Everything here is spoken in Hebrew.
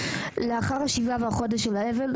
לאחר השבעה והחודש של האבל,